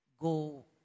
go